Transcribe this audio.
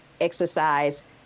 exercise